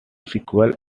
sequels